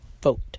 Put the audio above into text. Vote